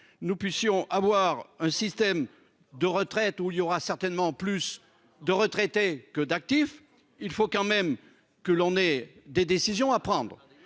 Nous puissions avoir un système de retraite ou il y aura certainement plus de retraités que d'actifs, il faut quand même que l'on ait des décisions à prendre.